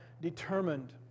determined